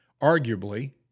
arguably